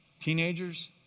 Teenagers